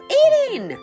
eating